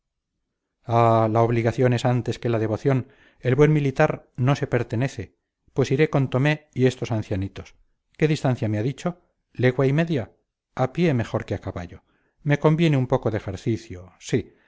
la obligación es antes que la devoción el buen militar no se pertenece pues iré con tomé y estos ancianitos qué distancia me ha dicho legua y media a pie mejor que a caballo me conviene un poco de ejercicio sí